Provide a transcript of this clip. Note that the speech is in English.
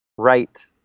right